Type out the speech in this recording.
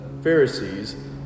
Pharisees